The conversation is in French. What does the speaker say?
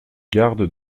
gardes